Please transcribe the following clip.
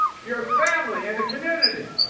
your family and the community.